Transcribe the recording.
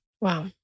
Wow